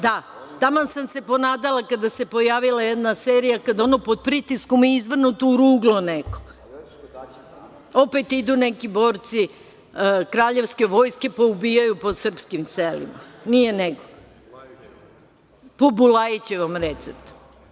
Da, taman sam se ponadala kada se pojavila jedna serija, kada ono pod pritiskom, izvrnuto u ruglo neko, opet idu neki borci kraljevske vojske pa ubijaju po srpskim selima, nije nego, po Bulajićevom receptu.